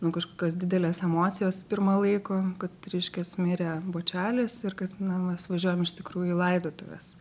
nuo kažkokios didelės emocijos pirma laiko kad reiškias mirė bočelis ir kad na mes važiuojam iš tikrųjų į laidotuves